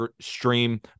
stream